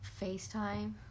FaceTime